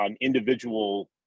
individual